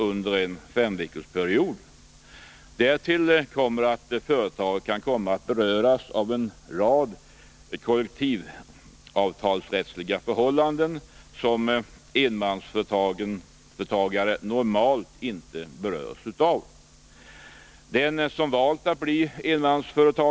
under en femveckorsperiod. Därtill kommer att företaget kan komma att beröras av en rad kollektivavtalsrättsliga förhållanden som enmansföretagare normalt inte berörs av.